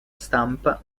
stampa